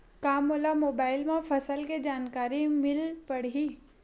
का मोला मोबाइल म फसल के जानकारी मिल पढ़ही?